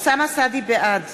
בעד